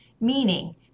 meaning